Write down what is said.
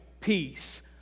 peace